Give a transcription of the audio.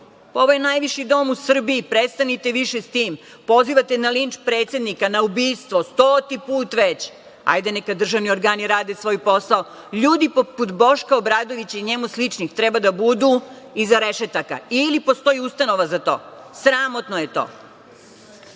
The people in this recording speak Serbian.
Ovo je najviši dom u Srbiji, prestanite više sa tim. Pozivate na linč predsednika, na ubistvo, stoti put već. Hajde, neka državni organi rade svoj posao. Ljudi poput Boška Obradovića i njemu sličnih treba da budu iza rešetaka ili postoji ustanova za to. Sramotno je